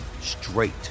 straight